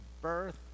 birth